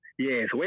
Yes